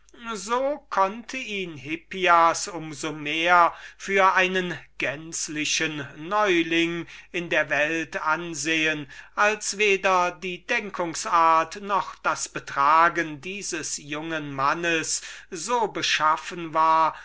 so konnte hippias mit desto besserm grunde voraussetzen daß er noch ein vollkommner neuling in der welt sei als weder die denkungsart noch das betragen dieses jungen menschen so beschaffen war